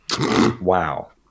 Wow